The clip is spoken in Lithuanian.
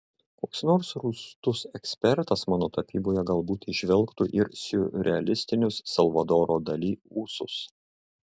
koks nors rūstus ekspertas mano tapyboje galbūt įžvelgtų ir siurrealistinius salvadoro dali ūsus